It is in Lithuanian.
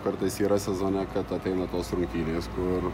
kartais yra sezone kad ateina tos rungtynės kur